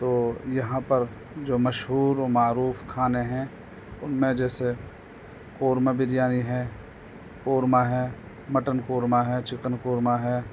تو یہاں پر جو مشہور و معروف کھانے ہیں ان میں جیسے قورمہ بریانی ہے قورمہ ہے مٹن قورمہ ہے چکن قورمہ ہے